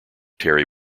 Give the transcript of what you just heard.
terry